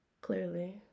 Clearly